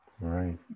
right